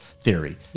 theory